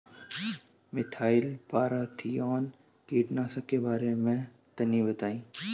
Methyl parathion कीटनाशक के बारे में तनि बताई?